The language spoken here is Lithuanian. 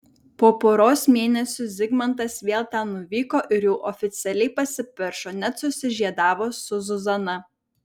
po poros mėnesių zigmantas vėl ten nuvyko ir jau oficialiai pasipiršo net susižiedavo su zuzana